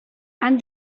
and